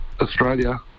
australia